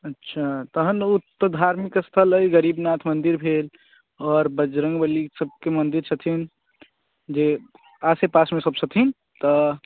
अच्छा तहन ओ तऽ धार्मिक स्थल अइ गरीबनाथ मन्दिर भेल आओर बजरङ्गबली सबके मन्दिर छथिन जे आसे पासमे सब छथिन तऽ